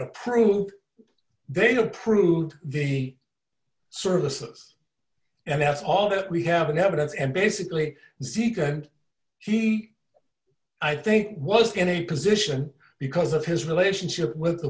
approved they approved the services and that's all that we have an evidence and basically zeke and she i think was going a position because of his relationship with the